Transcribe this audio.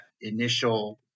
initial